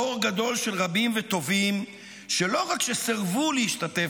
אור גדול של רבים וטובים שלא רק שסירבו להשתתף